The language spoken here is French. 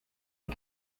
est